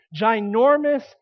ginormous